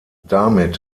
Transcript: damit